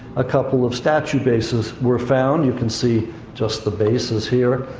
a couple of statue bases were found. you can see just the bases here.